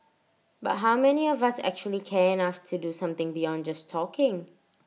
but how many of us actually care enough to do something beyond just talking